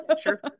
sure